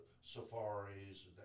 safaris